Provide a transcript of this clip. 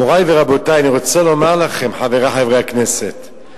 מורי ורבותי, חברי חברי הכנסת,